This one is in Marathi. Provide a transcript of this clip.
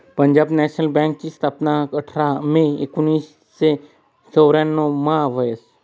पंजाब नॅशनल बँकनी स्थापना आठरा मे एकोनावीसशे चौर्यान्नव मा व्हयनी